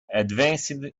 advancing